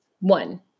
One